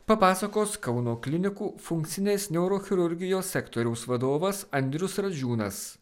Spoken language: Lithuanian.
papasakos kauno klinikų funkcinės neurochirurgijos sektoriaus vadovas andrius radžiūnas